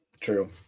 True